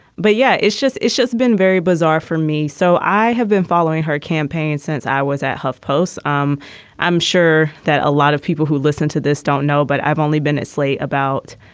but yeah, it's just it's just been very bizarre for me. so i have been following her campaign since i was at huffpost's. um i'm sure that a lot of people who listen to this don't know, but i've only been sleigh about,